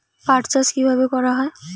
পাট চাষ কীভাবে করা হয়?